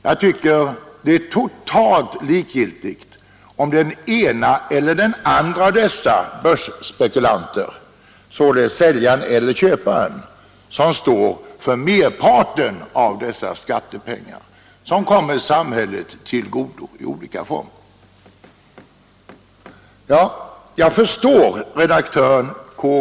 Jag tycker att det är totalt likgiltigt om det är den ena eller den andra av dessa börsspekulanter, säljaren eller köparen, som står för merparten av de skattepengar som kommer samhället till godo i olika former. Jag förstår att redaktör K.